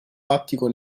lattico